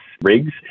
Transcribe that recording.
rigs